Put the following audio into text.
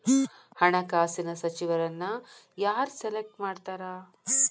ಹಣಕಾಸಿನ ಸಚಿವರನ್ನ ಯಾರ್ ಸೆಲೆಕ್ಟ್ ಮಾಡ್ತಾರಾ